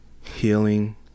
healing